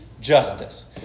justice